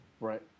Right